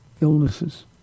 illnesses